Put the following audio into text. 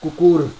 कुकुर